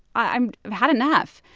i've had enough.